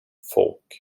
folk